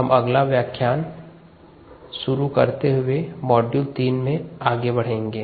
हम अगला व्याख्यान शुरू करते हुए मॉड्यूल 3 में बढ़ेंगे